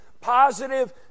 positive